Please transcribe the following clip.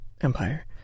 Empire